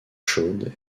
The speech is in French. chaudes